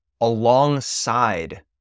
alongside